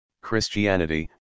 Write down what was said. Christianity